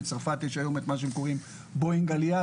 בצרפת יש היום את מה שהם קוראים בואינג עליה,